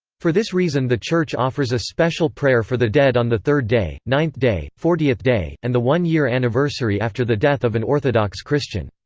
for this reason the church offers a special prayer for the dead on the third day, ninth day, fortieth day, and the one-year anniversary after the death of an orthodox christian.